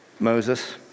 Moses